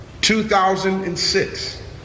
2006